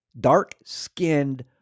dark-skinned